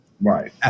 Right